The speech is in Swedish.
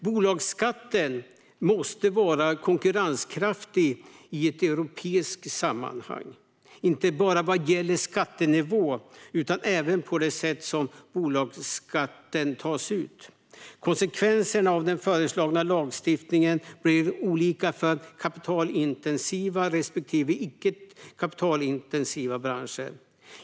Bolagsskatten måste vara konkurrenskraftig i ett europeiskt sammanhang inte bara vad gäller skattenivå utan även på det sätt som bolagsskatten tas ut. Konsekvenserna av den föreslagna lagstiftningen blir olika för kapitalintensiva respektive icke kapitalintensiva branscher.